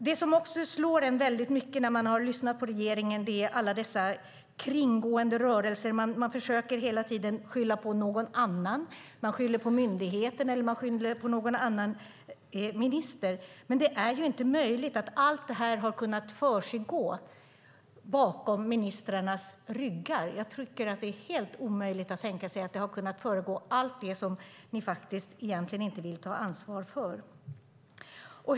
Något som slår en när man lyssnar på regeringen är alla kringgående rörelser. Man försöker hela tiden skylla på någon annan. Man skyller på myndigheten eller på någon annan minister. Det är inte möjligt att allt detta har kunnat försiggå bakom ministrarnas ryggar. Det är helt otänkbart när det gäller allt det som ni inte vill ta ansvar för.